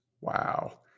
Wow